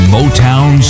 Motown